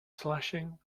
slashing